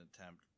attempt